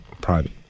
private